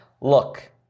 look